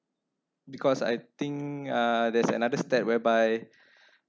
because I think uh there's another step whereby